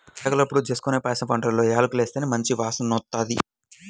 పండగలప్పుడు జేస్కొనే పాయసం వంటల్లో యాలుక్కాయాలేస్తే మంచి వాసనొత్తది